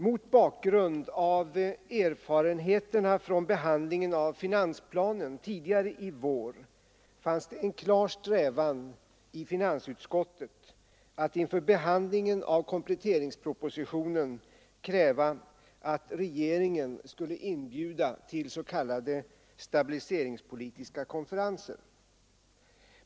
Mot bakgrund av erfarenheterna från behandlingen av finansplanen tidigare i vår fanns det en klar strävan i finansutskottet att inför behandlingen av kompletteringspropositionen kräva att regeringen skulle inbjuda till s.k. stabiliseringspolitiska konferenser.